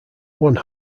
one